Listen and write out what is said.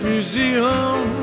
Museum